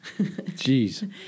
Jeez